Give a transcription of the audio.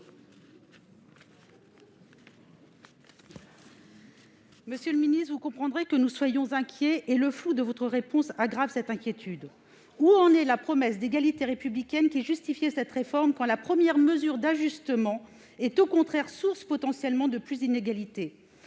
Monsieur le ministre, vous comprendrez que nous soyons inquiets, et le flou de votre réponse aggrave cette inquiétude. Où en est la promesse d'égalité républicaine, qui justifiait cette réforme, quand la première mesure d'ajustement est, au contraire, potentiellement source de plus d'inégalité ?